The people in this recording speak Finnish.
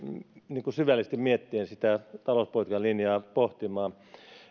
ja syvällisesti miettien sitä talouspolitiikan linjaa pohtimaan